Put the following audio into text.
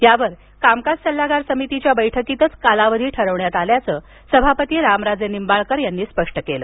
यावर कामकाज सल्लागार समितीच्या बैठकीतच कालावधी ठरविण्यात आल्याचं सभापती रामराजे निंबाळकर यांनी स्पष्ट केलं